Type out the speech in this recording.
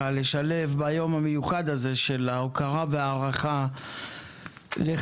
לשלב ביום המיוחד הזה של ההוקרה והערכה לחב"ד,